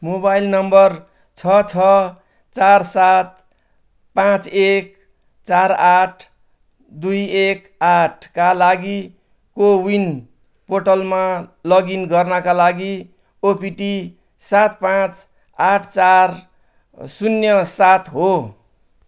mobile number छ छ चार सात पाँच एक चार आठ दुई एक आठका लागि कोविन पोर्टलमा लगइन गर्नाका लागि ओटिपी सात पाँच आठ चार शून्य सात हो